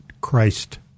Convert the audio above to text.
Christ